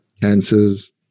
Cancers